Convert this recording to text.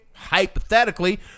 hypothetically